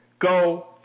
go